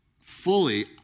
fully